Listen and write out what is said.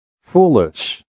Foolish